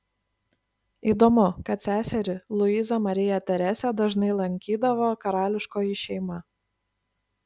įdomu kad seserį luizą mariją teresę dažnai lankydavo karališkoji šeima